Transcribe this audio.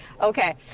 okay